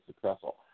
successful